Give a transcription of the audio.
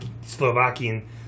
Slovakian